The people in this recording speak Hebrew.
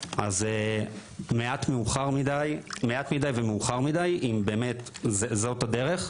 אז זה מעט מדיי ומאוחר מדיי אם באמת זאת הדרך.